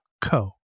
co